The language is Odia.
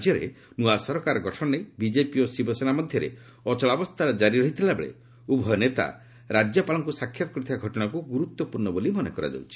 ରାଜ୍ୟରେ ନୂଆ ସରକାର ଗଠନ ନେଇ ବିଜେପି ଓ ଶିବସେନା ମଧ୍ୟରେ ଅଚଳାବସ୍ଥା କାରି ରହିଥିବା ବେଳେ ଉଭୟ ନେତା ରାଜ୍ୟପାଳଙ୍କୁ ସାକ୍ଷାତ କରିଥିବା ଘଟଣାକୁ ଗୁରୁତ୍ୱପୂର୍ଣ୍ଣ ବୋଲି ମନେ କରାଯାଉଛି